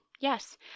Yes